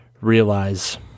realize